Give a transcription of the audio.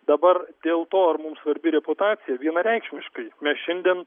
dabar dėl to ar mums svarbi reputacija vienareikšmiškai mes šiandien